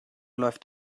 läuft